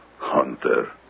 Hunter